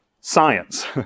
science